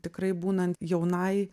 tikrai būnant jaunai